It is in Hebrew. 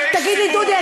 תגיד לי דודי,